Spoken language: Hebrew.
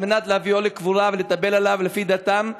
מנת להביאו לקבורה ולהתאבל עליו לפי דתם,